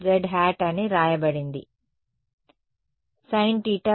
విద్యార్థి sin theta